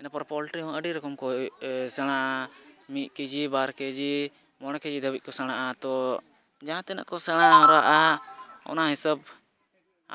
ᱤᱱᱟᱹ ᱯᱚᱨ ᱯᱚᱞᱴᱨᱤ ᱦᱚᱸ ᱟᱹᱰᱤ ᱨᱚᱠᱚᱢ ᱠᱚ ᱥᱮᱬᱟ ᱢᱤᱫ ᱠᱮᱡᱤ ᱵᱟᱨ ᱠᱮᱡᱤ ᱢᱚᱬᱮ ᱠᱮᱡᱤ ᱫᱷᱟᱹᱵᱤᱡ ᱠᱚ ᱥᱮᱬᱟᱜᱼᱟ ᱛᱚ ᱡᱟᱦᱟᱸ ᱛᱤᱱᱟᱹᱜ ᱠᱚ ᱥᱮᱬᱟ ᱦᱟᱨᱟᱜᱼᱟ ᱚᱱᱟ ᱦᱤᱥᱟᱹᱵ